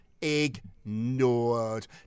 Ignored